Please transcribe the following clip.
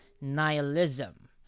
nihilism